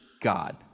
God